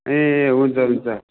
ए हुन्छ हुन्छ